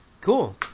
Cool